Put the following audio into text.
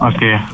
Okay